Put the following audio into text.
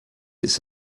its